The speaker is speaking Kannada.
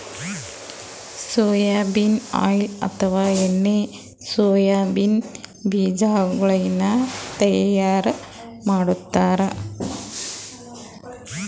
ಸೊಯಾಬೀನ್ ಆಯಿಲ್ ಅಥವಾ ಎಣ್ಣಿ ಸೊಯಾಬೀನ್ ಬಿಜಾಗೋಳಿನ್ದ ತೈಯಾರ್ ಮಾಡ್ತಾರ್